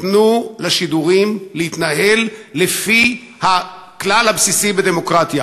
תנו לשידורים להתנהל לפי הכלל הבסיסי בדמוקרטיה: